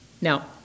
Now